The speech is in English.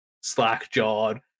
slack-jawed